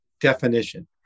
definition